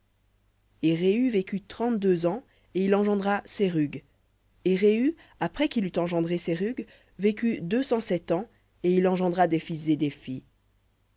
et rehu vécut trente-deux ans et engendra serug et rehu après qu'il eut engendré serug vécut deux cent sept ans et il engendra des fils et des filles